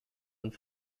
und